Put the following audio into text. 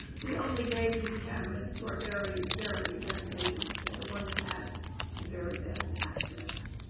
we only gave these cameras to our very, very best agents. the one that had the very best access.